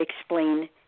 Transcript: explain